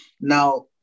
Now